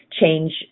change